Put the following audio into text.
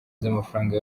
z’amafaranga